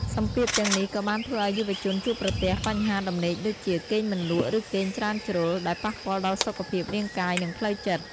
សម្ពាធទាំងនេះក៏បានធ្វើឱ្យយុវជនជួបប្រទះ បញ្ហាដំណេកដូចជា គេងមិនលក់ ឬគេងច្រើនជ្រុល ដែលប៉ះពាល់ដល់សុខភាពរាងកាយនិងផ្លូវចិត្ត។